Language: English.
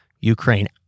Ukraine